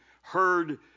heard